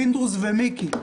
פינדרוס ומיקי,